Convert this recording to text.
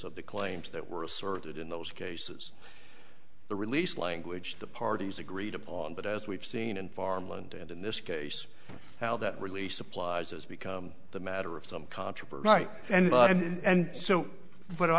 of the claims that were asserted in those cases the release language the parties agreed upon but as we've seen in farmland and in this case how that really supplies has become the matter of some controversy right and blood and so